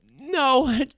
no